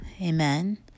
Amen